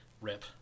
rip